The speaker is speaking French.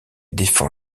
défend